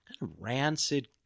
rancid